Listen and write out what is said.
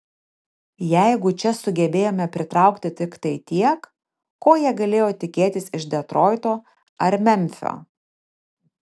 jeigu čia sugebėjome pritraukti tiktai tiek ko jie galėjo tikėtis iš detroito ar memfio